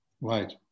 Right